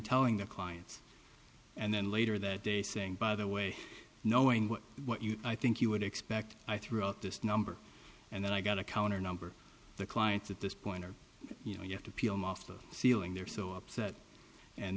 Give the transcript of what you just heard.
telling their clients and then later that day saying by the way knowing what what you i think you would expect i threw out this number and then i got a counter number the clients at this point are you know you have to peel off the ceiling they're so upset and